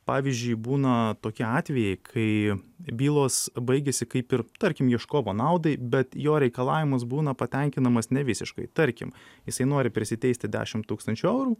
pavyzdžiui būna tokie atvejai kai bylos baigiasi kaip ir tarkim ieškovo naudai bet jo reikalavimas būna patenkinamas nevisiškai tarkim jisai nori prisiteisti dešim tūkstančių eurų